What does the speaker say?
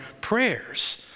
prayers